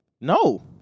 No